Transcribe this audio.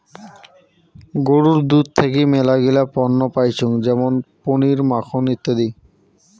গরুর দুধ থাকি মেলাগিলা পণ্য পাইচুঙ যেমন পনির, মাখন ইত্যাদি